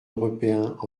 européen